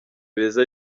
beza